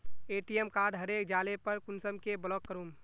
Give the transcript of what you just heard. ATM card हरे जाले पर कुंसम के ब्लॉक करूम?